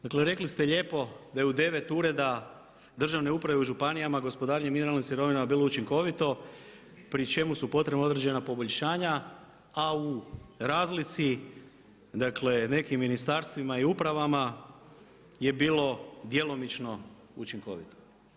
Dakle, rekli ste lijepo da je u 9 ureda državne uprave u županijama gospodarenje mineralne sirovina bilo učinkovito, pri čemu su potrebna određena poboljšanja, a u razlici dakle, nekim ministarstvima i upravama je bilo djelomično učinkovito.